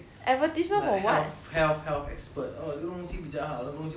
health health health expert oh 这个东西比较好那个东西比较好